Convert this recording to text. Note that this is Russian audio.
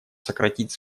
сократить